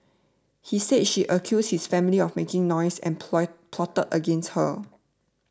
he said she accused his family of making noise and plot plot against her